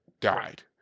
died